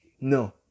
No